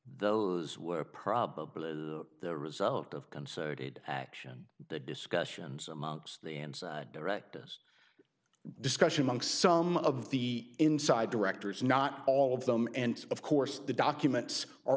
those were probably the result of concerted action the discussions amongst the directors discussion among some of the inside directors not all of them and of course the documents are